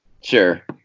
Sure